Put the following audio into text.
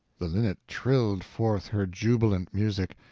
the linnet trilled forth her jubilant music.